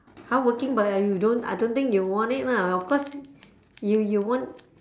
hardworking but I you don't I don't think you'll want it lah of course you you want